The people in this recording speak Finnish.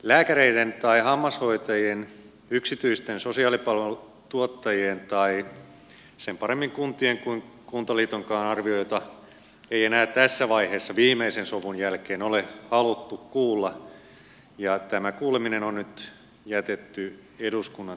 lääkäreiden tai hammashoitajien yksityisten sosiaalipalveluiden tuottajien tai sen paremmin kuntien kuin kuntaliitonkaan arvioita ei enää tässä vaiheessa viimeisen sovun jälkeen ole haluttu kuulla ja tämä kuuleminen on nyt jätetty eduskunnan tehtäväksi